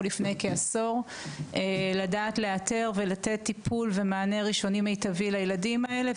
לפני כעשור לדעת לאתר ולתת טיפול ומענה ראשוני מיטבי לילדים האלה,